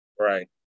Right